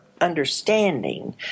understanding